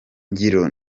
ngiro